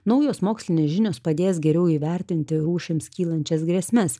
naujos mokslinės žinios padės geriau įvertinti rūšims kylančias grėsmes